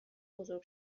بزرگ